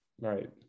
Right